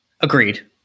agreed